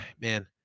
man